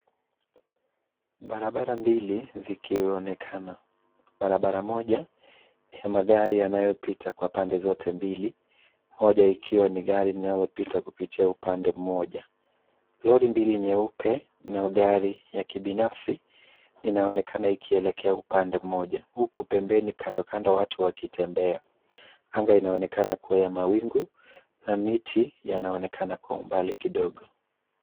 Barabara mbili zikionekana, barabara moja ni ya magari yanayopita kwa pande zote mbili. Moja ikiwa ni gari linalopita kupitia upande mmoja. Lori mbili nyeupe na gari ya kibinafsi inaonekana ikielekea upande mmoja huku pembeni kando, kando watu wakitembea. Anga inaonekana kuwa ya mawingu na miti yanaonekana kwa umbali kidogo.